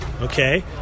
okay